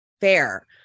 Fair